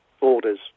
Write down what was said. orders